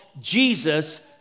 Jesus